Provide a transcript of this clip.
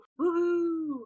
Woohoo